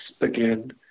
again